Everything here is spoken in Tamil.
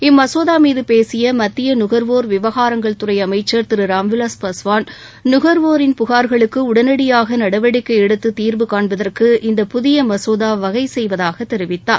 இம்மசோதா மீது பேசிய மத்திய நுகர்வோர் விவகாரங்கள் துறை அமைச்சர் திரு ராம்விலாஸ் பாஸ்வான் நுகர்வோரின் புகார்களுக்கு உடனடியாக நடவடிக்கை எடுத்து தீர்வு காண்பதற்கு இந்தப் புதிய மசோதா வகை செய்வதாகத் தெரிவித்தார்